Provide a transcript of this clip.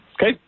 Okay